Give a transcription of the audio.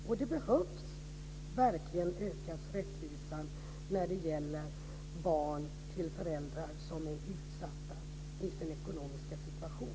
Och det behövs verkligen en ökad rättvisa när det gäller barn till föräldrar i en utsatt ekonomisk situation.